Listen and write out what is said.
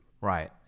Right